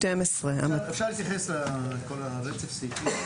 אפשר להתייחס לכל רצף הסעיפים האלה?